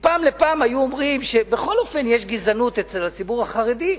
מפעם לפעם היו אומרים שבכל אופן יש גזענות אצל הציבור החרדי.